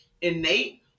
innate